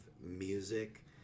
music